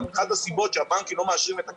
אחת הסיבות שהבנקים לא מאשרים את הכסף,